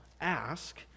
ask